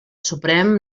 suprem